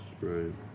right